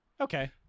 Okay